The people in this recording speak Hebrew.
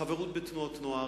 חברות בתנועות נוער,